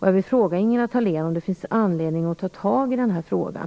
Jag vill fråga Ingela Thalén om det inte finns anledning att ta tag i den här frågan.